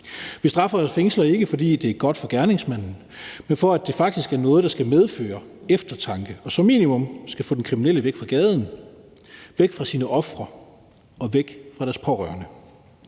Vi straffer og fængsler ikke, fordi det er godt for gerningsmanden, men for at det faktisk er noget, der skal medføre eftertanke og som minimum skal få den kriminelle væk fra gaden, væk fra sine ofre og væk fra deres pårørende.